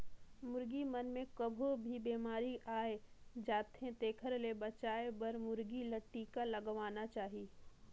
मुरगी मन मे कभों भी बेमारी आय जाथे तेखर ले बचाये बर मुरगी ल टिका लगवाना चाही